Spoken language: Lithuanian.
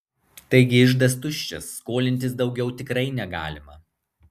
taigi iždas tuščias skolintis daugiau tikrai negalima